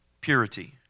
purity